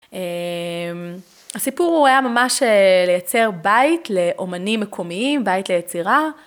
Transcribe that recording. הסיפור הוא היה ממש לייצר בית לאומנים מקומיים, בית ליצירה.